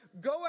Go